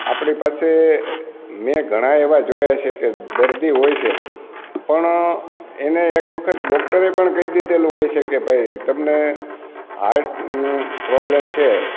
આપણી પાસે મેં ઘણા એવા જોયા છે કે દર્દી હોય છે પણ એને એક વખત ડોક્ટરે પણ કહી દીધેલું હોય છે કે ભાઈ તમને હાર્ટનું પ્રોબલ્મ છે